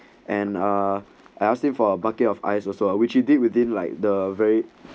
and ah I ask him for a bucket of ice also uh which he did within like the very